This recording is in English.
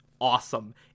awesome